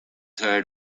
heard